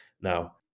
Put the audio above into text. now